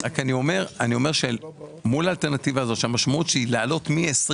אני אומר שמול האלטרנטיבה הזאת שהמשמעות היא להעלות מ-20